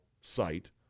site